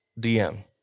DM